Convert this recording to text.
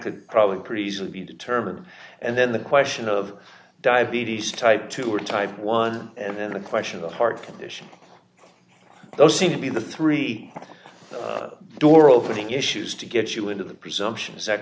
could probably pretty easily be determined and then the question of diabetes type two or type one and the question of heart condition those seem to be the three door opening issues to get you into the presumption